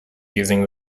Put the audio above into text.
using